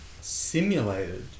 simulated